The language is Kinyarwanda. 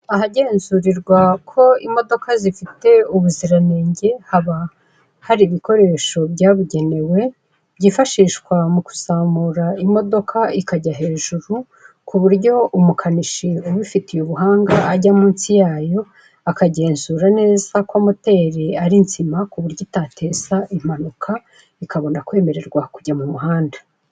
Ahagenzurirwa ko imodoka zifite ubuziranenge, haba hari ibikoresho byabugenewe, byifashishwa mu kuzamura imodoka ikajya hejuru ku buryo umukanishi ubifitiye ubuhanga ajya munsi yayo, akagenzura neza ko moteri ari nzima ku buryo itateza impanuka, ikabona kwemererwa kujya mu muhanda.